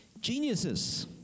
geniuses